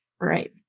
right